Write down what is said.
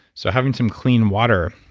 so having some clean water,